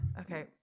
Okay